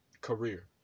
career